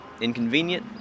Inconvenient